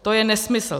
To je nesmysl.